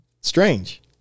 strange